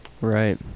right